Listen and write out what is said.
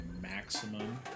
maximum